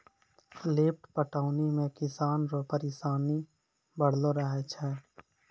lift पटौनी मे किसान रो परिसानी बड़लो रहै छै